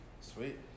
Sweet